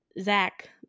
Zach